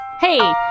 Hey